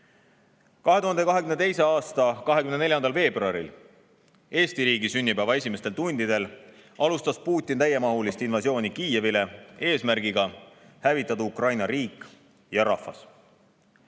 2022. aasta 24. veebruaril, Eesti riigi sünnipäeva esimestel tundidel alustas Putin täiemahulist invasiooni Kiievile, eesmärgiga hävitada Ukraina riik ja rahvas.